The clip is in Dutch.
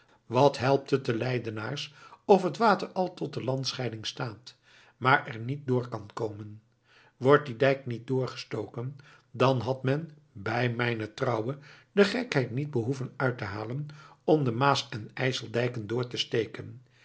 wat helpt het den leidenaars of het water al tot de landscheiding staat maar er niet door kan komen wordt die dijk niet doorgestoken dan had men bij mijne trouwe de gekheid niet behoeven uit te halen om de maasen ijseldijken door te steken